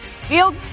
Field